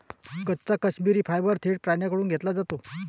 कच्चा काश्मिरी फायबर थेट प्राण्यांकडून घेतला जातो